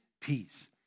peace